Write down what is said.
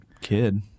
kid